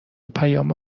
پیامو